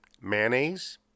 mayonnaise